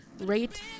rate